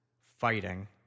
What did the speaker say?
fighting